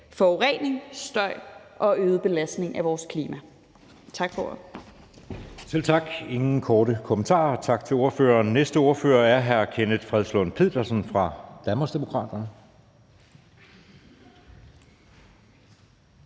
forurening, støj og øget belastning af vores klima. Tak for